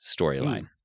storyline